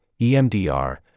EMDR